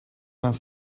vingt